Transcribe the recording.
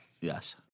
Yes